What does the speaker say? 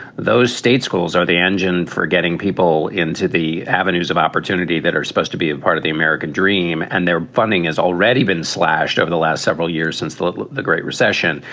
those state schools are the engine for getting people into the avenues of opportunity that are supposed to be a part of the american dream. and their funding has already been slashed over the last several years since the the great recession.